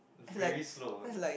very slow it's